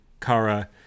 Kara